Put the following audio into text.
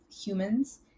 humans